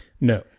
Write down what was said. No